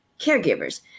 caregivers